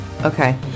Okay